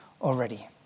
already